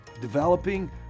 developing